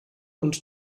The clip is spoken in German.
und